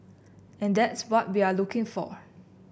and that's what we are looking for